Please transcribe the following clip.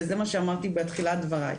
וזה מה שאמרתי בתחילת דבריי,